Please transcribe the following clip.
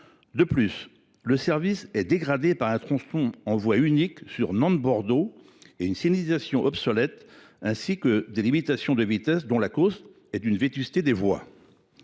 De plus, le service est dégradé par un tronçon en voie unique sur Nantes Bordeaux et une signalisation obsolète, ainsi que par des limitations de vitesse dont la cause est la vétusté des voies.